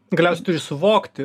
galiausiai turi suvokti